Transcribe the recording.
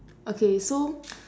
okay so